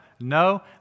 no